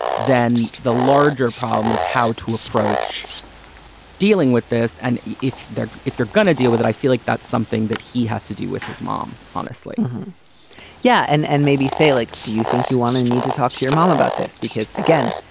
then the larger problem is how to approach dealing with this. and if they're if you're gonna deal with it, i feel like that's something that he has to do with his mom, honestly yeah. and and maybe say, like, do you think you want to need to talk to your mom about this? because, again,